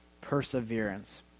perseverance